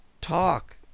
talk